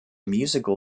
musical